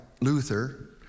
Luther